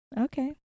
Okay